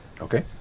Okay